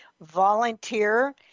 volunteer